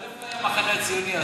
אבל איפה המחנה הציוני?